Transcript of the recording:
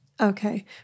Okay